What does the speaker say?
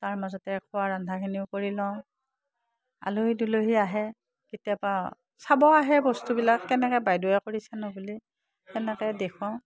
তাৰ মাজতে খোৱা ৰন্ধাখিনিও কৰি লওঁ আলহী দুলহী আহে কেতিয়াবা চাব আহে বস্তুবিলাক কেনেকৈ বাইদেউে কৰিছেনো বুলি সেনেকে দেখুৱাও